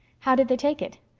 how did they take it?